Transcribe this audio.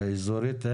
האזורית